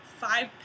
five